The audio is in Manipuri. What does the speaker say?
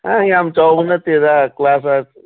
ꯑꯥ ꯌꯥꯝ ꯆꯥꯎꯕ ꯅꯠꯇꯦꯗ ꯀ꯭ꯂꯥꯁ